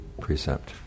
precept